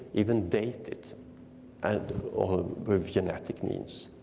even date it and with genetic means.